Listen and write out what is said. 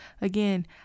Again